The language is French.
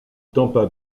tampa